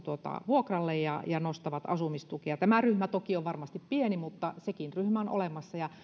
vuokralle ja ja nostavat asumistukea tämä ryhmä toki on varmasti pieni mutta sekin ryhmä on olemassa